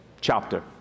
chapter